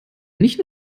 nicht